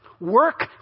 Work